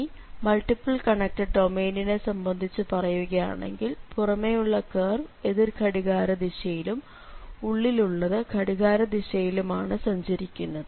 ഇനി multiple connected ഡൊമെയ്നിനെ സംബന്ധിച്ചു പറയുകയാണെങ്കിൽ പുറമേയുള്ള കേർവ് എതിർഘടികാരദിശയിലും ഉള്ളിലുള്ളത് ഘടികാരദിശയിലുമാണ് സഞ്ചരിക്കുന്നത്